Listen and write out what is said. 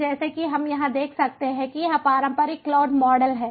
इसलिए जैसा कि हम यहां देख सकते हैं कि यह पारंपरिक क्लाउड मॉडल है